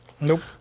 Nope